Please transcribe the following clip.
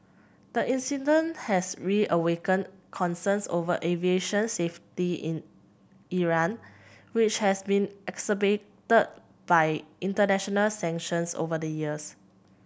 the incident has reawakened concerns over aviation safety in Iran which has been exacerbated by international sanctions over the years